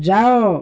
ଯାଅ